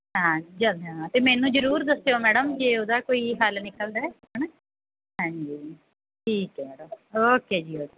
ਹਾਂ ਜਦੋਂ ਹਾਂ ਅਤੇ ਮੈਨੂੰ ਜ਼ਰੂਰ ਦੱਸਿਓ ਮੈਡਮ ਜੇ ਉਹਦਾ ਕੋਈ ਹੱਲ ਨਿਕਲਦਾ ਹੈ ਹੈ ਨਾ ਹਾਂਜੀ ਠੀਕ ਹੈ ਮੈਡਮ ਓਕੇ ਜੀ ਓਕੇ